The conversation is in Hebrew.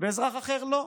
ואזרח אחר לא.